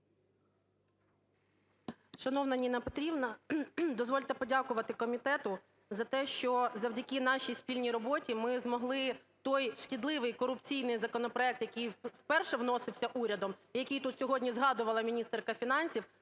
Шановна Ніна Петрівна, дозвольте подякувати комітету за те, що завдяки нашій спільній роботі ми змогли той шкідливий корупційний законопроект, який вперше вносився урядом, який тут сьогодні згадуваламіністерка фінансів,